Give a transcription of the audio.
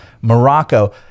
Morocco